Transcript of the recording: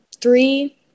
three